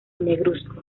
negruzco